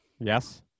Yes